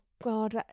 God